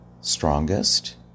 strongest